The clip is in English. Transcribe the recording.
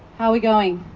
ah we going,